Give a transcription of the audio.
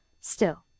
Still—